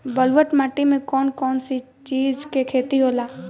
ब्लुअट माटी में कौन कौनचीज के खेती होला?